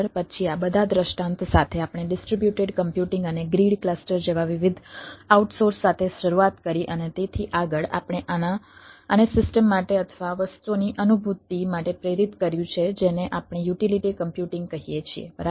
પછી આ બધા દૃષ્ટાંત સાથે આપણે ડિસ્ટ્રિબ્યુટેડ કમ્પ્યુટિંગ અને ગ્રીડ ક્લસ્ટર જેવા વિવિધ આઉટસોર્સ સાથે શરૂઆત કરી અને તેથી આગળ આપણે આને સિસ્ટમ માટે અથવા વસ્તુઓની અનુભૂતિ માટે પ્રેરિત કર્યું છે જેને આપણે યુટિલિટી કમ્પ્યુટિંગ કહીએ છીએ બરાબર